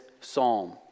psalm